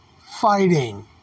fighting